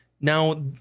Now